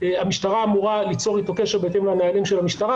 המשטרה אמורה ליצור איתו קשר בהתאם לנהלי המשטרה,